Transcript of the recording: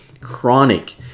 chronic